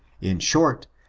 in short,